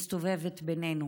מסתובבת בינינו.